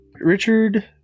Richard